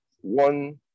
one